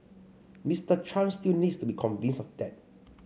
Mister Trump still needs to be convinced of that